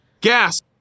Gas